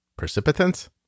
precipitants